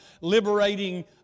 liberating